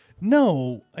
No